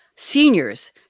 seniors